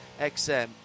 XM